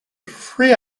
three